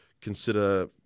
consider